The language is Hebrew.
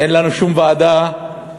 אין לנו שום ועדה מקומית.